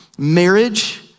marriage